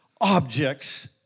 objects